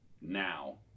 now